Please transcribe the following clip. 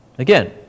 Again